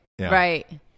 Right